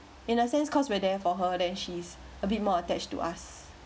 in a sense cause we are there for her then she's a bit more attached to us